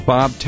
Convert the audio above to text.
Bob